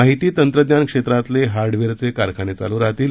माहिती तंत्रज्ञान क्षेत्रातले हार्डवेअरचे कारखाने चालू राहतील